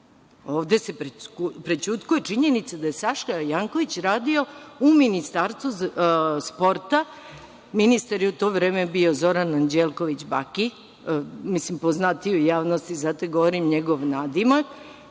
se prećutkuje činjenica da je Saša Janković radio u Ministarstvu sporta, a ministar je u to vreme bio Zoran Anđelković Baki, tako poznatiji u javnosti, zato i govorim njegov nadimak,